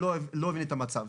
לא הבין את המצב.